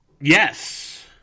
Yes